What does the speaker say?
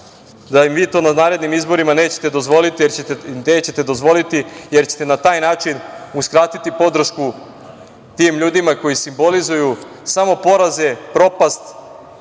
da im to na narednim izborima nećete dozvoliti, jer ćete na taj način uskratiti podršku tim ljudima koji simbolizuju samo poraze, propast